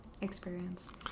experience